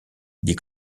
dit